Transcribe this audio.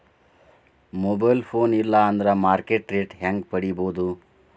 Mobile phone ಇಲ್ಲಾ ಅಂದ್ರ market rate ಹೆಂಗ್ ಪಡಿಬೋದು?